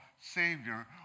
Savior